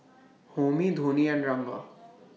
Homi Dhoni and Ranga